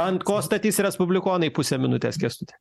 ant ko statys respublikonai pusė minutės kęstuti